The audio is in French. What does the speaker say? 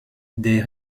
des